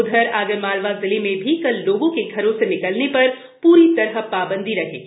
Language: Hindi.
उधर आगरमालवा जिले में भी कल लोगों के घरों से निकलने पर पूरी तरह पाबंदी रहेगी